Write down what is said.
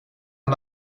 aan